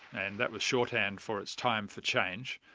and that was shorthand for it's time for change.